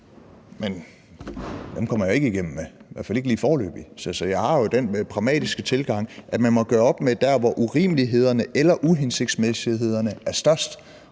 men dem kommer jeg jo ikke igennem med, i hvert fald ikke lige foreløbig. Så jeg har jo den pragmatiske tilgang, at man må gøre op med de områder, hvor urimelighederne eller uhensigtsmæssighederne er størst.